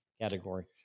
category